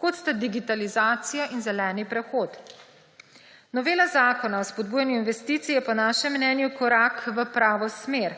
kot sta digitalizacija in zeleni prehod. Novela Zakona o spodbujanju investicij je po našem mnenju korak v pravo smer,